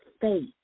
faith